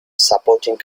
supporting